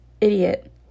idiot